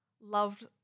loved